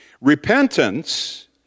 Repentance